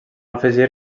afegir